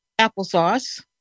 applesauce